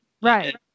right